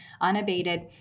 unabated